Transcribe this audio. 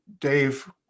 dave